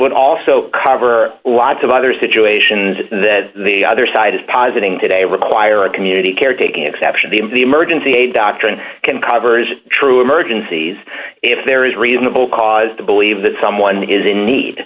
would also cover a lot of other situations that the other side is positing today require a community care taking exception to the emergency a doctor can cover is true emergencies if there is reasonable cause to believe that someone is